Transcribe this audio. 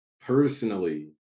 personally